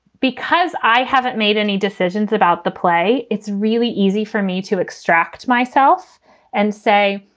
because i haven't made any decisions about the play. it's really easy for me to extract myself and say,